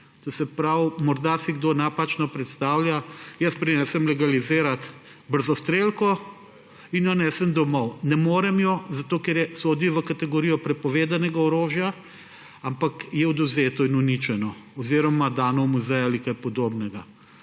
strelci. Morda si kdo napačno predstavlja, da jaz prinesem legalizirati brzostrelko in jo nesem domov. Ne morem je, ker sodi v kategorijo prepovedanega orožja, ampak je odvzeto in uničeno, oziroma dano v muzej ali kaj podobnega.